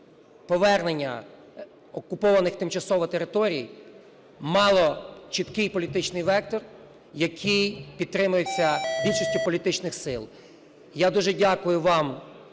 повернення окупованих тимчасово територій мало чіткий політичний вектор, який підтримується більшістю політичних сил. Я дуже дякую вам